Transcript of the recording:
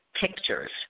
pictures